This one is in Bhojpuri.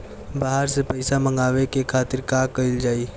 बाहर से पइसा मंगावे के खातिर का कइल जाइ?